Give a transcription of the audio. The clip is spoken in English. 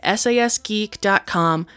sasgeek.com